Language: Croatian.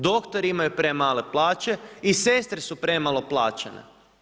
Doktori imaju premale plaće i sestre su premalo plaćene.